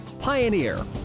Pioneer